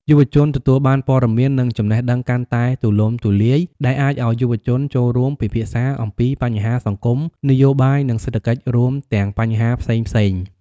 យុវជនទទួលបានព័ត៌មាន និងចំណេះដឹងកាន់តែទូលំទូលាយ ដែលអាចឲ្យយុវជនចូលរួមពិភាក្សាអំពីបញ្ហាសង្គម នយោបាយ និងសេដ្ឋកិច្ចរួមទាំងបញ្ហាផ្សេងៗ។